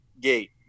Gate